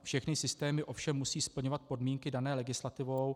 Všechny systémy ovšem musí splňovat podmínky dané legislativou.